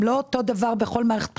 הם לא אותו דבר בכל מערכת בחירות.